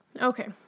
Okay